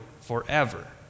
forever